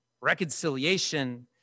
Reconciliation